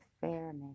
fairness